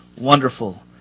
Wonderful